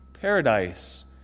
paradise